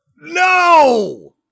No